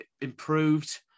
improved